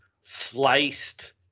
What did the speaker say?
sliced